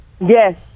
Yes